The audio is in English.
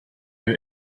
and